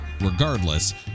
regardless